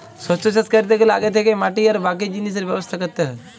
শস্য চাষ ক্যরতে গ্যালে আগে থ্যাকেই মাটি আর বাকি জিলিসের ব্যবস্থা ক্যরতে হ্যয়